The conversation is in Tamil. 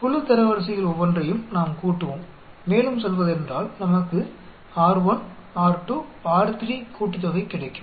குழு தரவரிசைகள் ஒவ்வொன்றையும் நாம் கூட்டுவோம் மேலும் சொல்வதென்றால் நமக்கு R1 R2 R3 கூட்டுத்தொகை கிடைக்கும்